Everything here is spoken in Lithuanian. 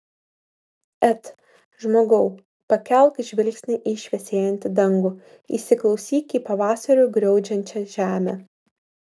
et žmogau pakelk žvilgsnį į šviesėjantį dangų įsiklausyk į pavasariu griaudžiančią žemę